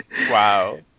Wow